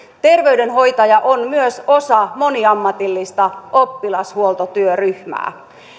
terveydenhoitaja on myös osa moniammatillista oppilashuoltotyöryhmää